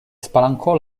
spalancò